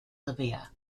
libya